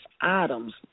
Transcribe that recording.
items